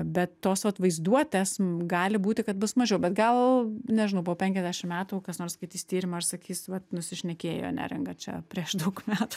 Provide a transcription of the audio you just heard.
bet tos vat vaizduotės gali būti kad bus mažiau bet gal nežinau po penkiasdešimt metų kas nors skaitys tyrimą ir sakys vat nusišnekėjo neringa čia prieš daug metų